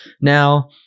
now